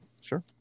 Sure